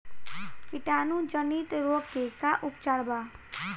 कीटाणु जनित रोग के का उपचार बा?